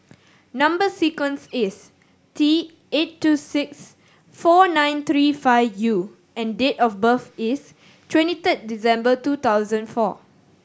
number sequence is T eight two six four nine three five U and date of birth is twenty third December two thousand four